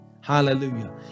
Hallelujah